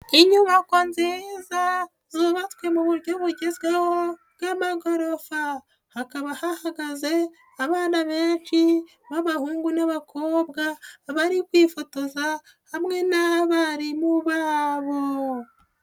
Inyubako nziza zubatswe mu buryo bugezweho bw'amagorofa, hakaba hahagaze abana benshi b'abahungu n'abakobwa, bari kwifotoza hamwe n'abarimu babo.